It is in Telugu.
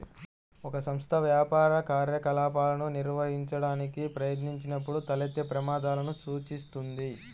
ఒక సంస్థ వ్యాపార కార్యకలాపాలను నిర్వహించడానికి ప్రయత్నించినప్పుడు తలెత్తే ప్రమాదాలను సూచిస్తుంది